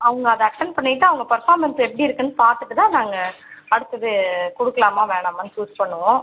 அவங்க அதை அட்டென்ட் பண்ணிட்டு அவங்க பெர்ஃபார்மென்ஸ் எப்படி இருக்குதுன்னு பார்த்துட்டு தான் நாங்கள் அடுத்தது கொடுக்கலாமா வேணாமான்னு சூஸ் பண்ணுவோம்